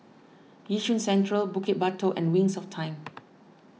Yishun Central Bukit Batok and Wings of Time